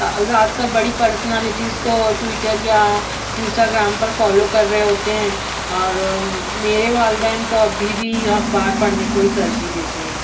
زیادہ تر بڑی پرسنالٹیز کو ٹویٹر یا انسٹاگرام پر فالو کر رہے ہوتے ہیں اور میرے والدین تو ابھی بھی اخبار پڑھنے کو ہی ترجیح دیتے ہیں